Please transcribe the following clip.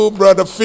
brother